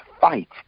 fight